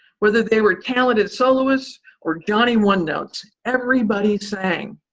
whether they were talented soloists or johnny one-notes, everybody sang.